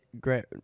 great